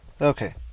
Okay